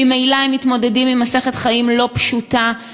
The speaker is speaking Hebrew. ממילא הם מתמודדים עם מסכת חיים לא פשוטה.